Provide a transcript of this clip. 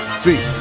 three